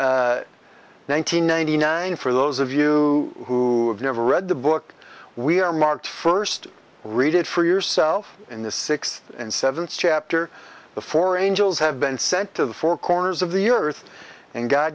hundred nine for those of you who have never read the book we are marked first read it for yourself in the sixth and seventh chapter before angels have been sent to the four corners of the earth and god